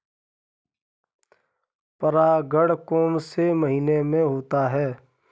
परागण कौन से महीने में होता है?